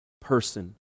person